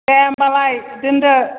दे होमबालाय दोनदो